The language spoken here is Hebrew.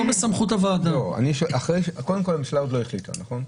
הממשלה עוד לא החליטה, נכון?